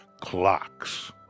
clocks